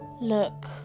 look